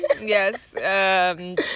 yes